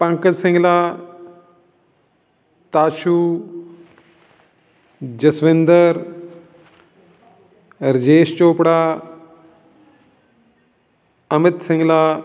Pankaj Singla Tashu Jaswinder Rajesh Chopra Amit Singla